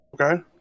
Okay